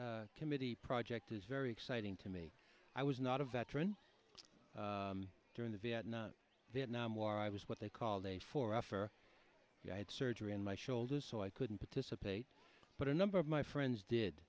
veterans committee project is very exciting to me i was not a veteran during the vietnam vietnam war i was what they called a for after you had surgery on my shoulders so i couldn't participate but a number of my friends did